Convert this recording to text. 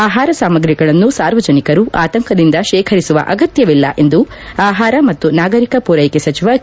ಆಹಾರ ಸಾಮ್ರಿಗಳನ್ನು ಸಾರ್ವಜನಿಕರು ಆತಂಕದಿಂದ ಶೇಖರಿಸುವ ಅಗತ್ಯವಿಲ್ಲ ಎಂದು ಆಹಾರ ಮತ್ತು ನಾಗರಿಕ ಪೂರೈಕೆ ಸಚಿವ ಕೆ